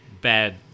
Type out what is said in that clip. bad